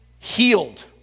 healed